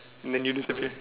then you disappear